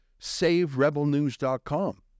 SaveRebelNews.com